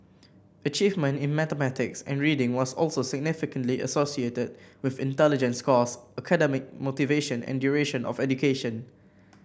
achievement in mathematics and reading was also significantly associated with intelligence scores academic motivation and duration of education